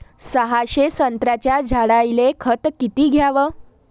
सहाशे संत्र्याच्या झाडायले खत किती घ्याव?